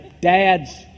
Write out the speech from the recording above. dad's